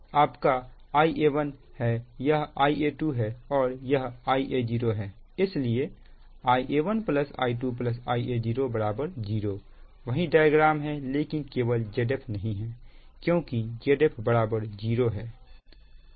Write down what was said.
यह आपका Ia1 है यह Ia2 है और यह Ia0 है इसलिए Ia1 Ia2 Ia0 0 वही डायग्राम है लेकिन केवल Zf नहीं है क्योंकि Zf 0 है